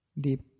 deep